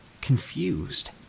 confused